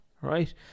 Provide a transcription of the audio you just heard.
right